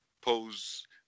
pose